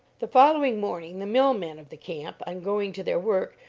the following morning the mill men of the camp, on going to their work,